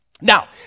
Now